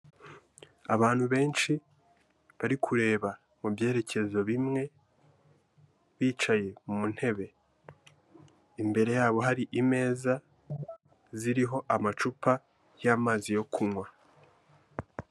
Abantu benshi, bari kureba mu byerekezo bimwe, bicaye mu ntebe imbere yabo hari imeza ziriho amacupa, y'amazi yo kunywa.